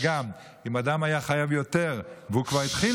וגם אם אדם היה חייב יותר והוא כבר התחיל